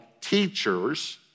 teachers